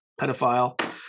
pedophile